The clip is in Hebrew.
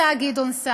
ואז, מה עשה גדעון סער?